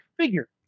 figure